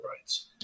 rights